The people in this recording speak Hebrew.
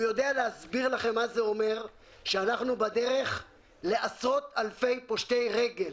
הוא יודע להסביר לכם מה זה אומר שאנחנו בדרך לעשרות אלפי פושטי רגל,